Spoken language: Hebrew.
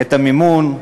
את המימון,